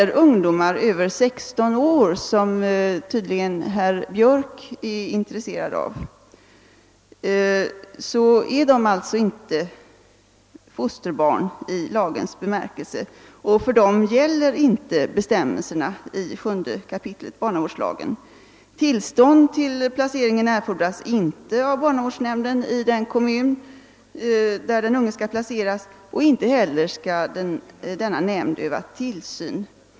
Ungdomar över 16 år — som herr Björck tydligen är intresserad av — är alltså inte fosterbarn i lagens bemärkelse. För dem gäller inte bestämmelserna i 7 kap. barnavårdslagen. Tillstånd till placeringen erfordras inte av barnavårdsnämnden i den kommun där den unge skall placeras, och inte heller skall denna nämnd öva tillsyn.